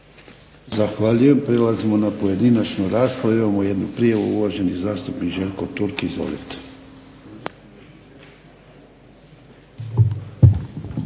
Zahvaljujem. Prelazimo na pojedinačnu raspravu. Imamo jednu prijavu. Uvaženi zastupnik Željko Turk, izvolite.